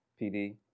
PD